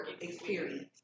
experience